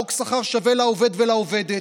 חוק שכר שווה לעובד ולעובדת,